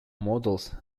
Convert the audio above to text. models